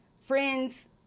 friends